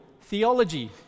theology